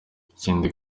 ikindi